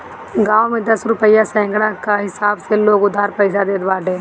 गांव में दस रुपिया सैकड़ा कअ हिसाब से लोग उधार पईसा देत बाटे